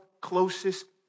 closest